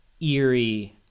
eerie